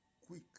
quick